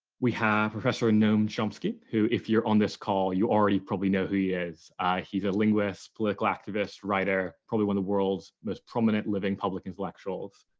we have professor noam chomsky, who if you're on this call, you already probably know who he is he's a linguist, political activist, writer, probably one of the world's most prominent living public intellectuals.